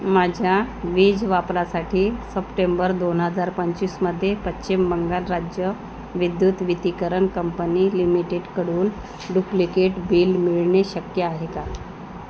माझ्या वीज वापरासाठी सप्टेंबर दोन हजार पंचवीसमध्ये पश्चिम बंगाल राज्य विद्युत वितीकरण कंपनी लिमिटेडकडून डुप्लिकेट बिल मिळणे शक्य आहे का